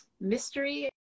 mystery